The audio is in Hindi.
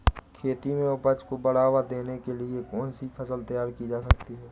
खेती में उपज को बढ़ावा देने के लिए कौन सी फसल तैयार की जा सकती है?